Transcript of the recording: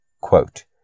Quote